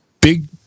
big